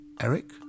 Eric